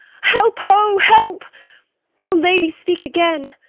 help, ho! help o lady, speak again!